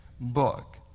book